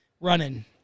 running